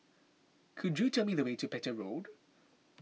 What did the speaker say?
could you tell me the way to Petir Road